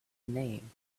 name